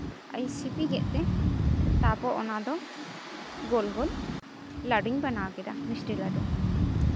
ᱟᱨᱤᱧ ᱥᱤᱯᱤ ᱠᱮᱫ ᱛᱮ ᱛᱟᱨᱯᱚᱨ ᱚᱱᱟ ᱫᱚ ᱜᱳᱞ ᱜᱳᱞ ᱞᱟᱹᱰᱩᱧ ᱵᱮᱱᱟᱣ ᱠᱮᱫᱟ ᱢᱤᱥᱴᱤ ᱞᱟᱹᱰᱩ